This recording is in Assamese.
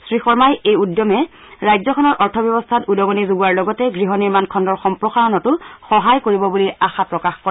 শ্ৰীশৰ্মাই এই উদ্যমে ৰাজ্যখনৰ অৰ্থ ব্যৱস্থাত উদগনি যগোৱাৰ লগতে গৃহ নিৰ্মাণ খণ্ডৰ সম্প্ৰসাৰণতো সহায় কৰিব বুলি আশা প্ৰকাশ কৰে